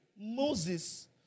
Moses